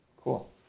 cool